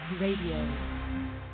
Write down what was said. Radio